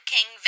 King